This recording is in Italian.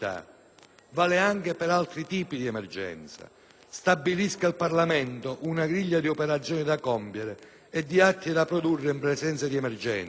vale anche per altri tipi di emergenza. Stabilisca il Parlamento una griglia di operazioni da compiere e di atti da produrre in presenza di emergenze.